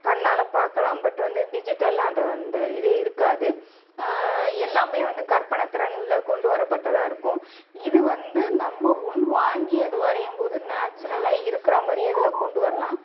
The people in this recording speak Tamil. கண்ணால் பார்க்கலாம் பட் வந்து டிஜிட்டல்லாம் அதை அந்த இதே இருக்காது எல்லாமே வந்து கற்பனை திறனில் கொண்டு வரப்பட்டதா இருக்கும் இது வந்து நம்ம உள்வாங்கி அது வரையும்போது நேச்சுரல்லா இருக்கிறாமாதிரியும் இதில் கொண்டு வரலாம்